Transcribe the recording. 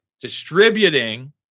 distributing